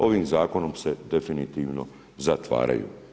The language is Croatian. Ovim zakonom se definitivno zatvaraju.